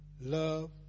love